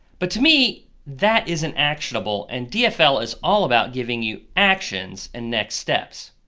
but to me that isn't actionable and dfl is all about giving you actions and next steps.